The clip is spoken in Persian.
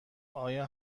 آیا